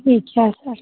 ठीक है सर